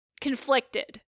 conflicted